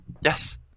Yes